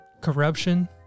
corruption